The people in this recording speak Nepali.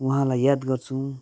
उहाँलाई याद गर्छौँ